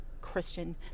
Christian